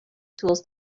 tools